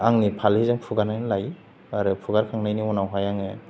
आंनि फालिजों फुगारनानै लायो आरो फुगारखांनायनि उनावहाय आङो